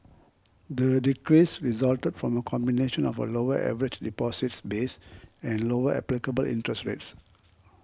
the decrease resulted from a combination of a lower average deposits base and lower applicable interest rates